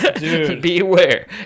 beware